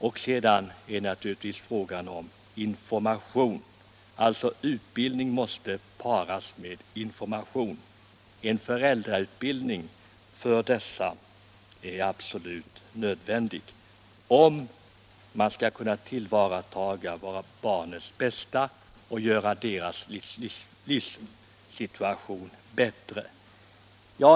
Utbildningen måste naturligtvis också paras med information. En föräldrautbildning för dessa föräldrar är absolut nödvändig om man skall kunna tillvarata barnens bästa och göra deras livssituation bättre.